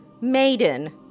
maiden